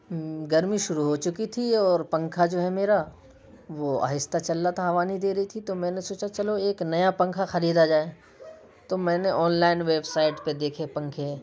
گرمی شروع ہو چکی تھی اور پنکھا جو ہے میرا وہ آہستہ چل رہا تھا ہوا نہیں دے رہی تھی تو میں نے سوچا چلو ایک نیا پنکھا خریدا جائے تو میں نے آنلائن ویب سائٹ پہ دیکھے پنکھے